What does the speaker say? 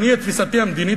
אני את תפיסתי המדינית,